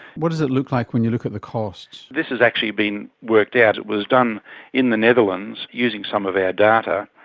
what does it look like when you look at the costs? this has actually been worked out. it was done in the netherlands using some of our data,